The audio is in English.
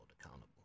accountable